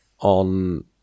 on